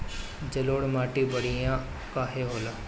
जलोड़ माटी बढ़िया काहे होला?